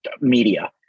media